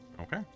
Okay